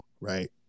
right